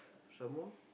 some more